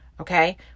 Okay